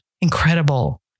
incredible